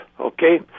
okay